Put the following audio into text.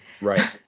Right